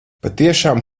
patiešām